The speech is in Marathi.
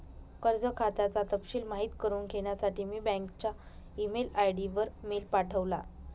कर्ज खात्याचा तपशिल माहित करुन घेण्यासाठी मी बँकच्या ई मेल आय.डी वर मेल पाठवला